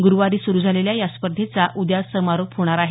गुरुवारी सुरू झालेल्या या स्पर्धेचा उद्या समारोप होणार आहे